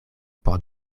por